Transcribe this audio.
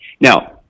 Now